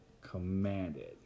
commanded